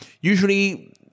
usually